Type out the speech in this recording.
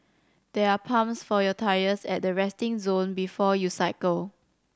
there are pumps for your tyres at the resting zone before you cycle